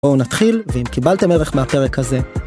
בואו נתחיל, ואם קיבלתם ערך מהפרק הזה.